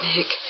Nick